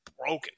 broken